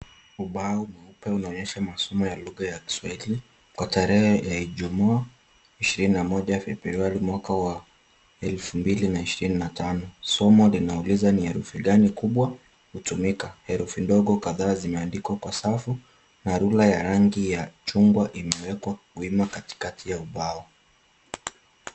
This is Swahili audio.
Ubao mweupe unaonyesha masomo ya lugha ya kiswahili, kwa tarehe ya ijumaa, ishirini na moja, February, mwaka wa elfu mbili na ishirini na tano. Somo linauliza ni herufi gani kubwa hutumika, herufi ndogo kadhaa zimeandikwa kwa safu na rula ya rangi ya chungwa imewekwa wima katikati ya ubao.